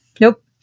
nope